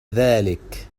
ذلك